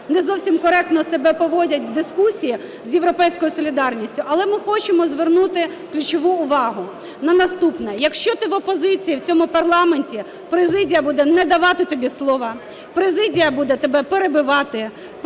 не зовсім коректно себе поводять в дискусії з "Європейською солідарністю". Але ми хочемо звернути ключову увагу на наступне. Якщо ти в опозиції в цьому парламенті, президія буде не давати тобі слова, президія буде тебе перебивати,